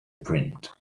print